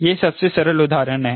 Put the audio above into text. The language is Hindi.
यह सबसे सरल उदाहरण है